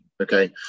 okay